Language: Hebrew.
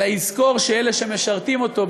אלא יזכור שאלה שמשרתים אותו,